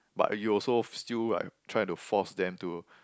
but you also still like try to force them to